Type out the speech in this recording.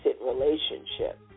relationship